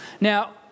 Now